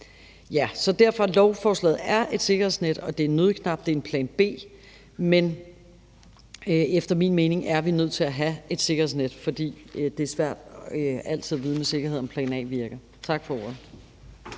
jeg sige, at lovforslaget er et sikkerhedsnet; det er en nødknap; det er en plan B. Men efter min mening er vi nødt til at have et sikkerhedsnet, fordi det er svært altid at vide med sikkerhed, om plan A virker. Tak for ordet.